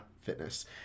fitness